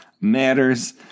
matters